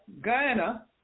Guyana